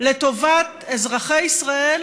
לטובת אזרחי ישראל